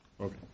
Okay